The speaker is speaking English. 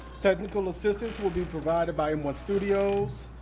technical assistance will be provided by m one studios,